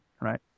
right